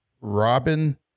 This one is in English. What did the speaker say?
Robin